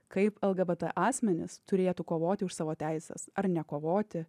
kaip lgbt asmenys turėtų kovoti už savo teises ar nekovoti